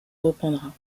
reprendra